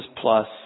plus